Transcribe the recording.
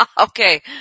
okay